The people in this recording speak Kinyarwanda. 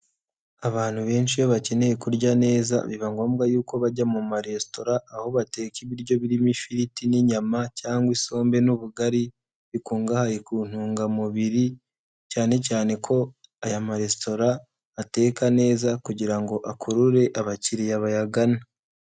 Abantu benshi iyo bakeneye kurya neza biba ngombwa yuko bajya mu maresitora, aho bateka ibiryo birimo ifiriti n'inyama cyangwa isombe n'ubugari bikungahaye ku ntungamubiri cyane cyane ko aya maresitora ateka neza kugira ngo akurure abakiriya bayagana.